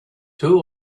two